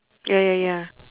ya ya ya